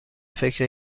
فکر